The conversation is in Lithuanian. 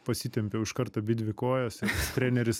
pasitempiau iškart abidvi kojas treneris